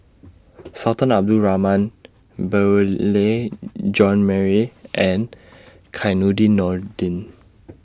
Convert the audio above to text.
Sultan Abdul Rahman Beurel Jean Marie and Nordin